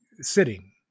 sitting